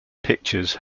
pictures